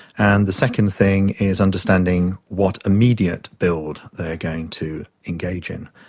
and the second thing is understanding what immediate build they are going to engage in.